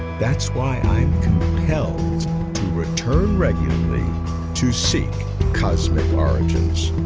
that's why i'm compelled to return regularly to seek cosmic origins.